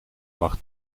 mag